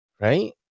Right